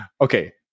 Okay